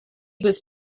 was